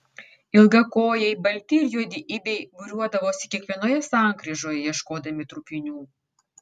ilgakojai balti ir juodi ibiai būriuodavosi kiekvienoje sankryžoje ieškodami trupinių